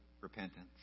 repentance